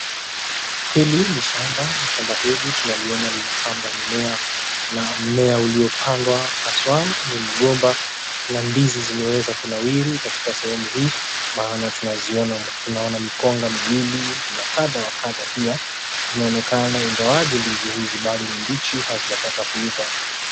Hili ni shamba na shamba hili tunaona limepandwa mimea na mmea uliopandwa haswaa ni mgomba na ndizi zimeweza kunawiri katika sehemu hii maana tunaona mikonga miwili na kadha wa kadha pia zinaonekana ingawaje ndizi hizi bado ni mbichi hazijapata kuiva.